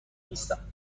نیستم